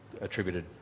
attributed